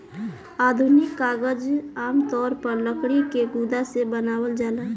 आधुनिक कागज आमतौर पर लकड़ी के गुदा से बनावल जाला